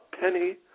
penny